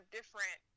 different